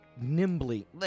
nimbly